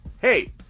Hey